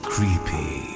Creepy